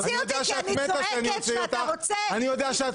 אז תוציא אותי כי אני צועקת ואתה רוצה לקבור